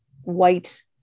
white